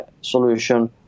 solution